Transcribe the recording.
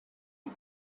you